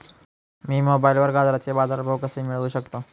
मी मोबाईलवर गाजराचे बाजार भाव कसे मिळवू शकतो?